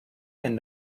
and